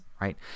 right